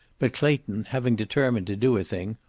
but clayton, having determined to do a thing,